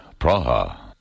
Praha